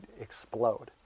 explode